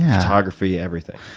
photography, everything?